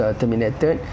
terminated